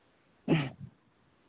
हूँ